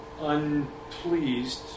unpleased